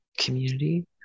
community